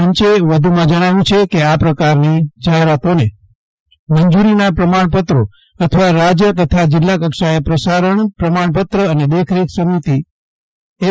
પંચે વધુમાં જજ્ઞાવ્યું છે કે આ પ્રકારની જાહેરાતોને મંજુરીના પ્રમાજ઼પત્રો આપવા રાજ્ય તથા જિલ્લા કક્ષાઓએ પ્રસારણ પ્રમાણપત્ર અને દેખરેખ સમિતિ એમ